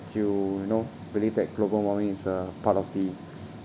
you know believe that global warming is uh part of the